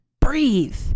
Breathe